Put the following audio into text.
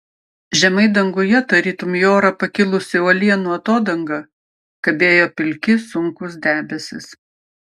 žemai danguje tarytum į orą pakilusi uolienų atodanga kabėjo pilki sunkūs debesys